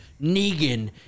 Negan